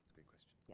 good question. yeah